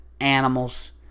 animals